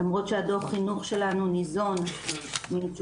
למרות שהדו"ח חינוך שלנו ניזון מתשובה